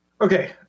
Okay